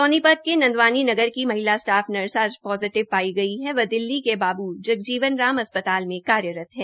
सोनीपत के नंदवानी नगर की महिला स्टाफ नर्स आज पोजिटिव पाई गई है वह दिल्ली के बाबू जगजीवन राम अस्पताल में कार्यरत है